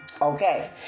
Okay